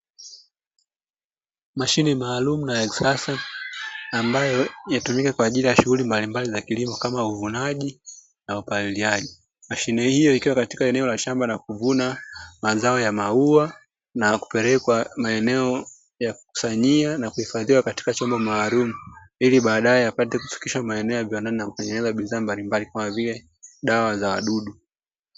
Mashine maalumu na ya kisasa, ambayo inatumika kwa ajili ya shughuli mbalimbali za kilimo; kama uvunaji na upaliliaji. Mashine hiyo ikiwa katika eneo la shamba na kuvuna mazao ya maua na kupelekwa maeneo ya kukusanyia na kuhifadhiwa katika chombo maalumu, ili baadaye yapate kufikishwa maeneo ya viwandani na kutengeneza bidhaa mbalimbali, kama vile dawa za wadudu.